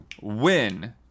win